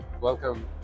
Welcome